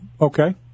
okay